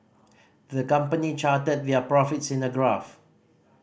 the company charted their profits in a graph